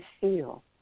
feel